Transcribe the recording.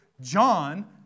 John